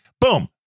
Boom